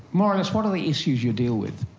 more or less what are the issues you deal with?